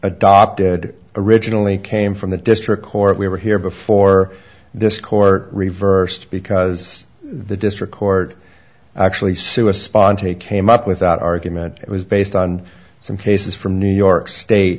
adopted originally came from the district court we were here before this court reversed because the district court actually sue a sponte came up without argument it was based on some cases from new york state